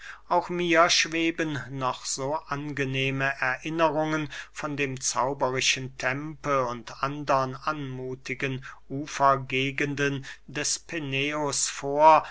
auch mir schweben noch so angenehme erinnerungen von dem zauberischen tempe und andern anmuthigen ufergegenden des peneus vor